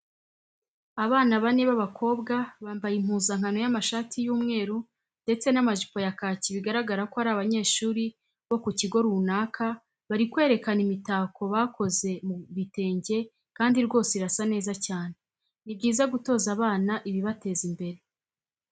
Abana bane b'abakobwa bambaye impuzankano y'amashati y'umweru ndetse n'amajipo ya kaki bigaragaza ko ari abanyeshuri bo ku kigo runaka bari kwerekana imitako bakoze mu bitenge kandi rwose irasa neza cyane. Ni byiza gutoza abana ibibateza imbere.